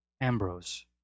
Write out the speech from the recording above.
Ambrose